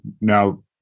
now